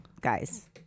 guys